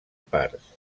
parts